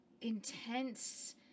intense